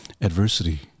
adversity